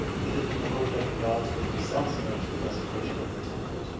either from the hope that the gods would themselves avenge the desecration of their temples,